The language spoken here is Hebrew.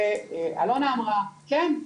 ואלונה אמרה כן,